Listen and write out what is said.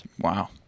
Wow